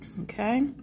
Okay